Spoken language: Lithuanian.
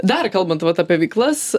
dar kalbant vat apie veiklas